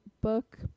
book